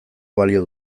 balio